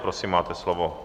Prosím, máte slovo.